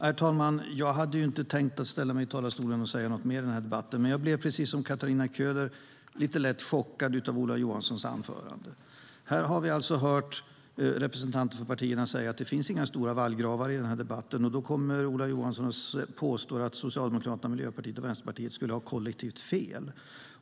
Herr talman! Jag hade inte tänkt ställa mig i talarstolen och säga något mer i den här debatten, men jag blev precis som Katarina Köhler lite lätt chockad av Ola Johanssons anförande. Här har vi alltså hört representanter för partierna säga att det inte finns några stora vallgravar i den här debatten, men så kommer Ola Johansson och påstår att Socialdemokraterna, Miljöpartiet och Vänsterpartiet skulle ha kollektivt fel.